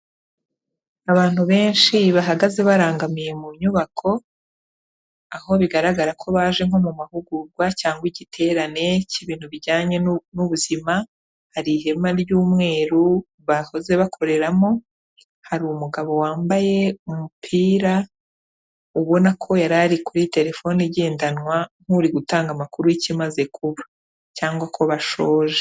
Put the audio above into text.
Abantu benshi bahagaze barangamiye mu nyubako, aho bigaragara ko baje nko mu mahugurwa cyangwa igiterane cy'ibintu bijyanye n'ubuzima, hari ihema ry'umweru bahoze bakoreramo, hari umugabo wambaye umupira ubona ko yarari kuri telefone igendanwa nk'uri gutanga amakuru y'ikimaze kuba cyangwa ko bashoje.